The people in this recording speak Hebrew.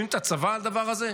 מאשימים את הצבא בדבר הזה?